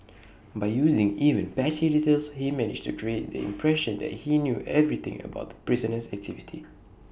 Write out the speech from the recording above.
by using even patchy details he managed to create the impression that he knew everything about the prisoner's activity